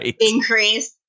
increase